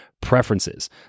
preferences